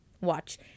Watch